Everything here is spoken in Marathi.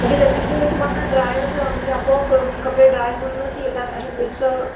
असे त्याच्यामध्ये तुम्हाला ड्रायर म्हणजे आपोआप कपडे ड्राय होऊनच येतात अशा तिथंच